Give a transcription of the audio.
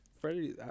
Freddie